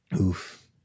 Oof